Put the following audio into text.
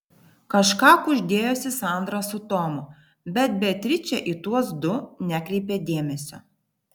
kažką kuždėjosi sandra su tomu bet beatričė į tuos du nekreipė dėmesio